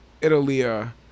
Italia